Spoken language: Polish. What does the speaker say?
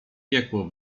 piekło